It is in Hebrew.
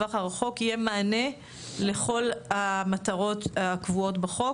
שבטווח הרחוק יהיה מענה לכל המטרות הקבועות בחוק